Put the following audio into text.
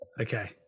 Okay